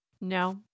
No